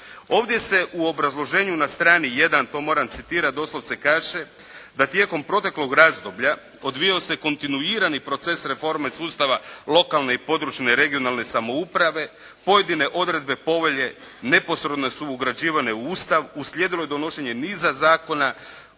Ovdje se u obrazloženju na strani 1, to moram citirati, doslovce kaže da tijekom proteklog razdoblja odvijao se kontinuirani proces reforme sustava lokalne i područne, regionalne samouprave, pojedine odredbe Povelje neposredno su ugrađivane u Ustav. Uslijedilo je donošenje niza zakona